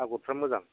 आगरफ्रा मोजां